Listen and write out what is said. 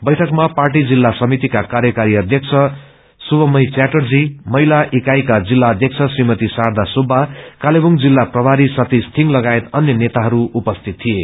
बैठकमा पार्टी जिल्ला समितिका कार्यकारी अध्यख शुषमय च्यार्टजी महिला इकाईका जिल्ला अध्यब श्रीमती शारदा सुव्या कालेवुङ जिल्ला प्रभारी सतिश थिंग लागायत अन्य नेताहरू उपस्थित थिए